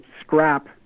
scrap